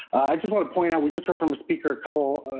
just wanna point out, we just heard from a speaker, a couple,